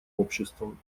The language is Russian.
обществом